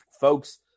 Folks